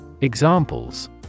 Examples